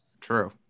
True